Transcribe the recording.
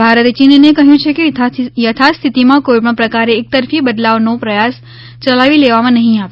ભારતે ચીનને કહયું છે કે યથાસ્થિતિમાં કોઇપણ પ્રકારે એક તરફી બદલાવનો પ્રયાસ ચલાવી લેવામાં નફી આવે